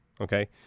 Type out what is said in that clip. okay